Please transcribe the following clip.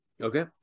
Okay